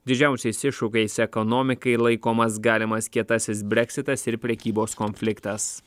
didžiausiais iššūkiais ekonomikai laikomas galimas kietasis breksitas ir prekybos konfliktas